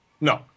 No